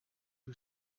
who